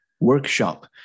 workshop